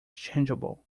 changeable